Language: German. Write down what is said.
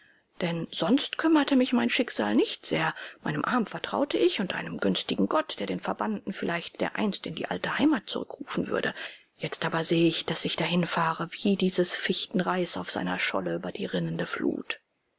denn sonst kümmerte mich mein schicksal nicht sehr meinem arm vertraute ich und einem günstigen gott der den verbannten vielleicht dereinst in die alte heimat zurückrufen würde jetzt aber sehe ich daß ich dahinfahre wie dieses fichtenreis auf seiner scholle über die rinnende flut